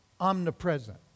omnipresent